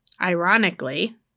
ironically